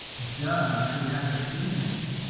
duh, he has a penis.